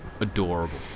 adorable